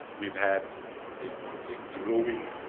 we've had a a growing